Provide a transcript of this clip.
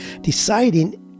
deciding